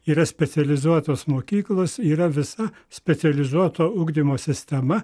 yra specializuotos mokyklos yra visa specializuoto ugdymo sistema